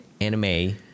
anime